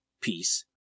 peace